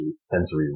sensory